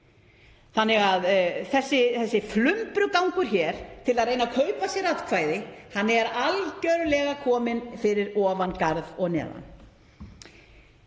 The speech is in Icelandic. Þessi flumbrugangur hér til að reyna að kaupa sér atkvæði er algerlega kominn fyrir ofan garð og neðan.